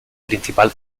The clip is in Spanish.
principal